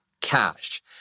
cash